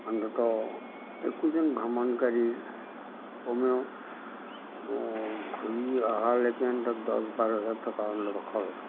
অন্ততঃ একোজন ভ্ৰমণকাৰীৰ কমেও ঘূৰি অহালেকে দছ বাৰ হাজাৰ টকা অন্ততঃ খৰচ হ'ব